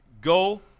Go